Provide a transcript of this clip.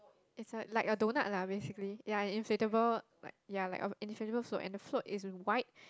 is a like a donut lah basically ya inflatable like ya like inflatable and so and the float is white